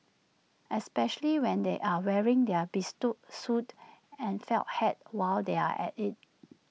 especially when they are wearing their bespoke suits and felt hats while they are at IT